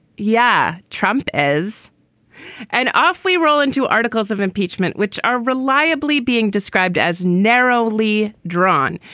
yeah. trump as an off, we roll into articles of impeachment, which are reliably being described as narrowly drawn,